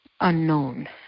unknown